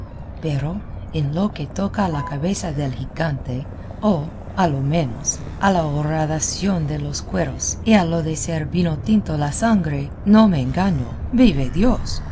pero en lo que toca a la cabeza del gigante o a lo menos a la horadación de los cueros y a lo de ser vino tinto la sangre no me engaño vive dios